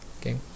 Okay